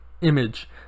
image